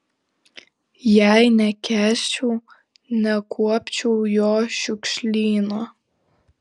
jei nekęsčiau nekuopčiau jo šiukšlyno